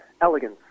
elegance